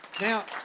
Now